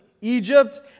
Egypt